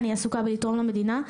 אני אהיה עסוקה בלתרום למדינה,